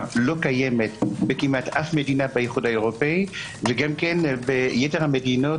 לא קיימת בכמעט אף מדינה באיחוד האירופי וביתר המדינות